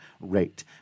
rate